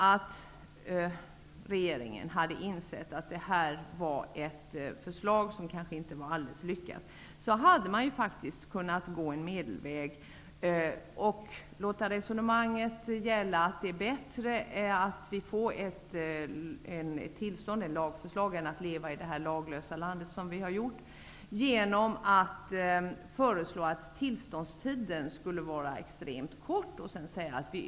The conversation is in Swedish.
Om regeringen hade insett att detta förslag inte var helt lyckat hade regeringen faktiskt kunnat gå en medelväg. Man skulle ha kunnat föra resonemanget: det är bättre att få en lag om tillstånd med en extremt kort tillståndstid än att vara utan lag på det här området.